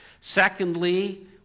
Secondly